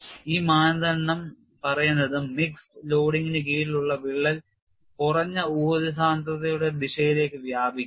ഈ മാനദണ്ഡം പറയുന്നത് മിക്സഡ് ലോഡിംഗിന് കീഴിലുള്ള വിള്ളൽ കുറഞ്ഞ ഊർജ്ജ സാന്ദ്രതയുടെ ദിശയിലേക്ക് വ്യാപിക്കും